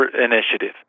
initiative